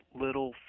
little